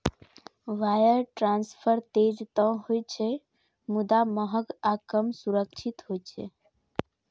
wire transfer तेज तं होइ छै, मुदा महग आ कम सुरक्षित होइ छै